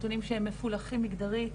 נתונים שהם מפולחים מגדרית,